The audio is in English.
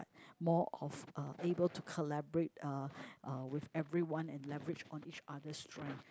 more often uh able to collaborate uh with everyone and lavish on each other strengths